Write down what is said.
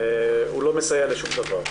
הוא לא מסייע לשום דבר.